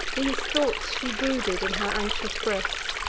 these thoughts she brooded in her anxious breast.